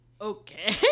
okay